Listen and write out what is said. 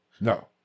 No